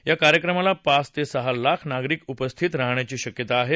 या कार्यक्रमाला पाच ते सहा लाख नागरिक उपस्थित राहण्याची शक्यता आहे